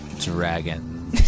Dragon